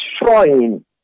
destroying